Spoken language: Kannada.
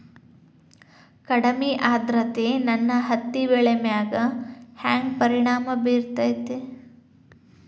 ಕಡಮಿ ಆದ್ರತೆ ನನ್ನ ಹತ್ತಿ ಬೆಳಿ ಮ್ಯಾಲ್ ಹೆಂಗ್ ಪರಿಣಾಮ ಬಿರತೇತಿ?